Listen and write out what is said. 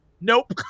Nope